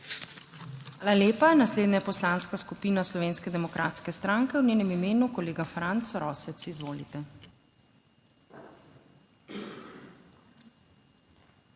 Hvala lepa. Naslednja je Poslanska skupina Slovenske demokratske stranke, v njenem imenu kolega Franc Rosec. Izvolite. **FRANC